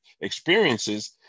experiences